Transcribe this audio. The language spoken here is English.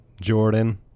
Jordan